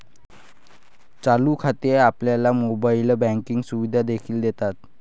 चालू खाती आपल्याला मोबाइल बँकिंग सुविधा देखील देतात